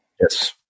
Yes